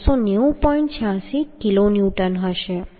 86 kilonewton હશે